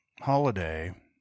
holiday